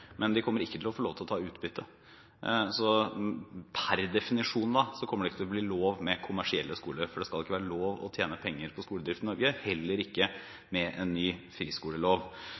men man kommer ikke til å få lov til å ta ut utbytte. Per definisjon kommer det ikke til å bli lov med kommersielle skoler, for det skal ikke være lov å tjene penger på skoledrift i Norge – heller ikke med en ny friskolelov.